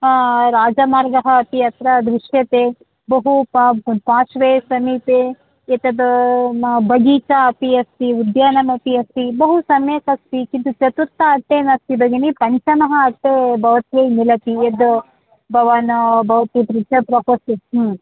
राजमार्गः अपि अत्र दृश्यते बहु पा पाश्वे समीपे एतद् भविता अपि अस्ति उद्यानमपि अस्ति बहु सम्यक् अस्ति किन्तु चतुर्थ अट्टे नास्ति भगिनि पञ्चमः अट्टे भवती मिलति यद् भवान् भवती पृष्टं प्रोफोस्